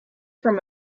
from